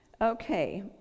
Okay